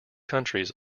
countries